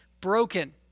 broken